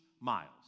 miles